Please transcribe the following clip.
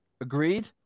Agreed